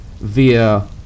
via